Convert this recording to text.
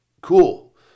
cool